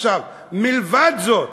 מלבד זאת,